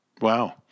wow